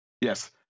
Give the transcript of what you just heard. Yes